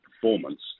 performance